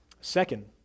Second